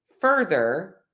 further